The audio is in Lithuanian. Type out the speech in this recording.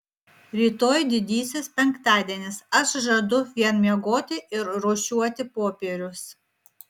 rytoj didysis penktadienis aš žadu vien miegoti ir rūšiuoti popierius